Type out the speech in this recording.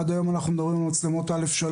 עד היום אנחנו מדברים על מצלמות א/3,